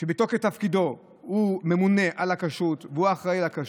שבתוקף תפקידו ממונה על הכשרות והוא אחראי לכשרות,